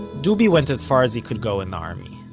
dubi went as far as he could go in the army.